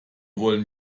wollen